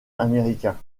américain